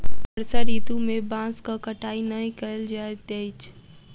वर्षा ऋतू में बांसक कटाई नै कयल जाइत अछि